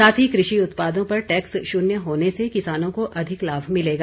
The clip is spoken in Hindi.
साथ ही कृषि उत्पादों पर टैक्स शून्य होने से किसानों को अधिक लाभ मिलेगा